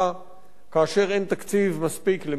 כאשר אין תקציב מספיק למחקר,